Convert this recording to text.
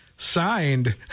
signed